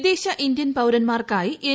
വിദേശ ഇന്ത്യൻ പൌരന്മാർക്കായി എൻ